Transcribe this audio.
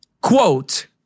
quote